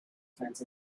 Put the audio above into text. fence